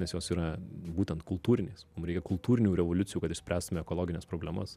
nes jos yra būtent kultūrinės mum reikia kultūrinių revoliucijų kad išspręstume ekologines problemas